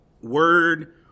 word